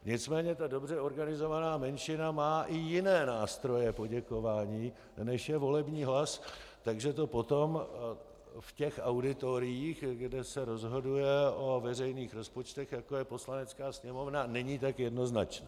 Nicméně dobře organizovaná menšina má i jiné nástroje poděkování, než je volební hlas, takže to potom v auditoriích, kde se rozhoduje o veřejných rozpočtech, jako je Poslanecká sněmovna, není tak jednoznačné.